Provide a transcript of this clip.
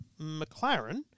McLaren